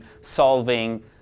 solving